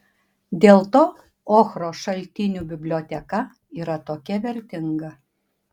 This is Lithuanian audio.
dėl to ochros šaltinių biblioteka yra tokia vertinga